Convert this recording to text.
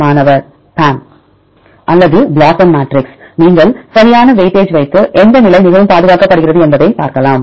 மாணவர் PAM அல்லது BLOSUM matrix நீங்கள் சரியான வெயிட்டேஜ் வைத்து எந்த நிலை மிகவும் பாதுகாக்கப்படுகிறது என்பதைப் பார்க்கலாம்